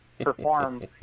perform